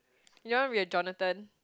you want be a Jonathan